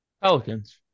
Pelicans